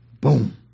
boom